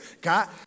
God